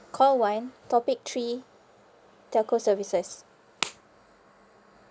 call one topic three telco services